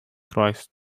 christ